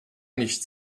nicht